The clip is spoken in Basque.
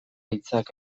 hitzak